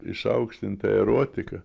išaukštinta erotika